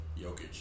Jokic